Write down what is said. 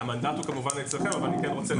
המנדט הוא כמובן אצלכם אבל אני כן רוצה להתייחס.